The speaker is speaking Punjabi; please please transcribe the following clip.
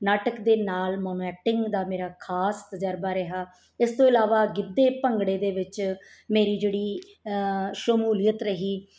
ਨਾਟਕ ਦੇ ਨਾਲ ਮੋਮੈਟਿੰਗ ਦਾ ਮੇਰਾ ਖਾਸ ਤਜ਼ਰਬਾ ਰਿਹਾ ਇਸ ਤੋਂ ਇਲਾਵਾ ਗਿੱਧੇ ਭੰਗੜੇ ਦੇ ਵਿੱਚ ਮੇਰੀ ਜਿਹੜੀ ਸ਼ਮੂਲੀਅਤ ਰਹੀ